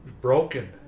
broken